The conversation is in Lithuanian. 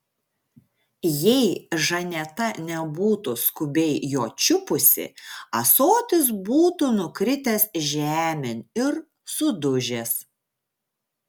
jei žaneta nebūtų skubiai jo čiupusi ąsotis būtų nukritęs žemėn ir sudužęs